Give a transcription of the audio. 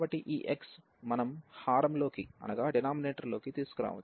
కాబట్టి ఈ x మనం హారం లోకి తీసుకురావచ్చు